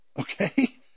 Okay